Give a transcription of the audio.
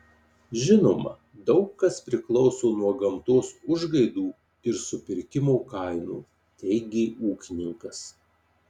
žinoma daug kas priklauso nuo gamtos užgaidų ir supirkimo kainų teigė ūkininkas